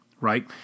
Right